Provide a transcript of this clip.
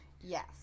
Yes